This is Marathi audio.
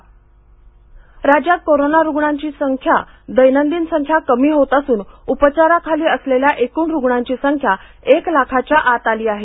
कोरोना राज्य राज्यात कोरोना रुग्णांची दैनंदिन संख्या कमी होत असून उपचाराखाली असलेल्या एकूण रुग्णांची संख्या एक लाखाच्या आत आली आहे